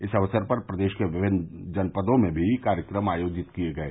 इस अवसर पर प्रदेश के विभिन्न जनपदों में भी कार्यक्रम आयोजित किये गये